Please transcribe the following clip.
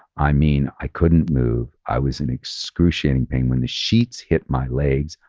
i mean i couldn't move. i was in excruciating pain when the sheets hit my legs,